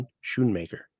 Shoemaker